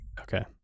Okay